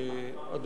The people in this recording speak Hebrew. תודה רבה לך,